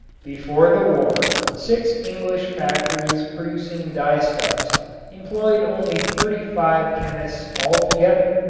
before the war six english factories producing dyestuffs employed only thirty five chemists altogether,